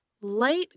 light